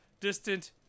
distant